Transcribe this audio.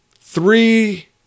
three